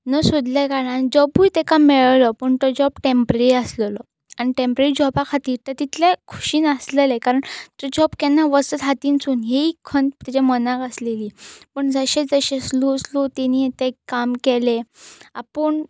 न सोदल्या कारणान जॉबूय तेका मेळळो पूण तो जॉब टॅम्प्ररी आसलेलो आनी टॅम्प्ररी जॉबा खातीर ते तितलें खुशी नासलेलें कारण तो जॉब केन्ना वचत हातीनसून हीय खंत तेज्या मनाक आसलेली पूण जशें जशें स्लो स्लो तेणीं तें काम केलें आपूण